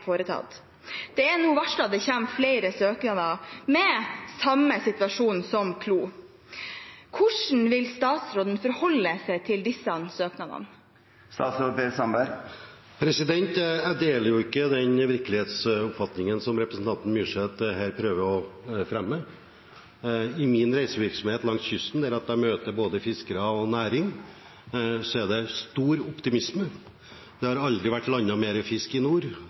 foretatt. Det er nå varslet at det kommer flere søknader, ut fra samme situasjon som Klo. Hvordan vil statsråden forholde seg til disse søknadene? Jeg deler ikke den virkelighetsoppfatningen som representanten Myrseth her prøver å fremme. I min reisevirksomhet langs kysten, der jeg møter både fiskere og næring, ser jeg at det er stor optimisme. Det har aldri vært landet mer fisk i nord.